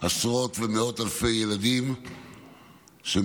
עשרות ומאות אלפי ילדים שמתפללים.